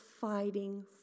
fighting